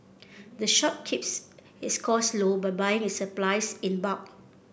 the shop keeps its cost low by buying its supplies in bulk